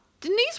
Denise